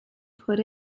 put